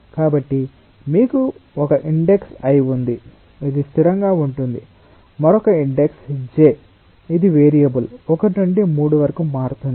కాబట్టి మీకు ఒక ఇండెక్స్ i ఉంది ఇది స్థిరంగా ఉంటుంది మరొక ఇండెక్స్ j ఇది వేరియబుల్ 1 నుండి 3 వరకు మారుతుంది